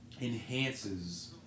enhances